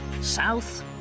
south